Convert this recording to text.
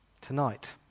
Tonight